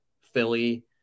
Philly